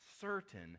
certain